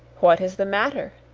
what is the matter?